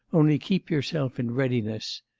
only keep yourself in readiness.